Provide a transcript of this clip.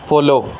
follow